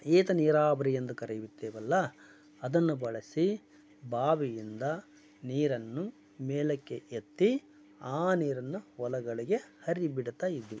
ಏತ ನೀರಾವರಿ ಎಂದು ಕರೆಯುತ್ತೇವಲ್ಲ ಅದನ್ನು ಬಳಸಿ ಬಾವಿಯಿಂದ ನೀರನ್ನು ಮೇಲಕ್ಕೆ ಎತ್ತಿ ಆ ನೀರನ್ನು ಹೊಲಗಳಿಗೆ ಹರಿ ಬಿಡ್ತಾ ಇದ್ವಿ